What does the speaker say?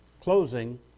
closing